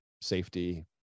safety